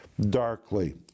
darkly